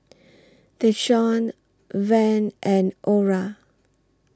Deshaun Van and Ora